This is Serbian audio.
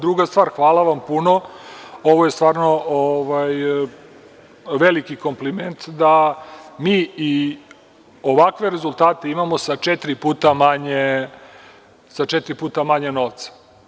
Druga stvar, hvala vam puno, ovo je stvarno veliki kompliment da mi ovakve rezultate imamo sa četiri puta manje novca.